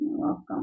welcome